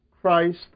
Christ